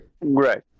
Right